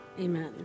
amen